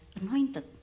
anointed